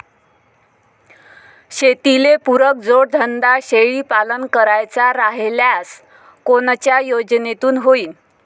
शेतीले पुरक जोडधंदा शेळीपालन करायचा राह्यल्यास कोनच्या योजनेतून होईन?